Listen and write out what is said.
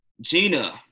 Gina